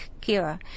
cure